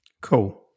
Cool